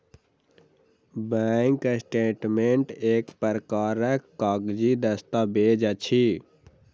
bank statement एक प्रकारक कागजी दस्तावेज अछि